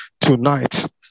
tonight